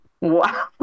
Wow